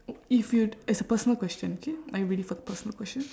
if you it's a personal question okay are you ready for the personal question